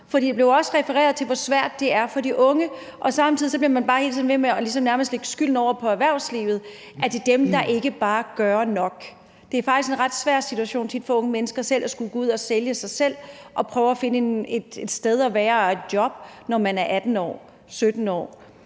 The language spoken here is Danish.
For der refereres jo også til, hvor svært det er for de unge, og samtidig bliver man bare ved med nærmest at lægge skylden over på erhvervslivet, altså at det er dem, der ikke gør nok. Det er faktisk en ret svær situation for unge mennesker at skulle gå ud og sælge sig selv og prøve at finde et sted at være og et job, når man er 17-18 år.